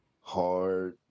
hard